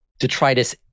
detritus